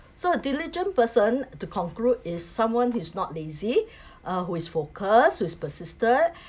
so a diligent person to conclude is someone who's not lazy uh who is focused who is persistent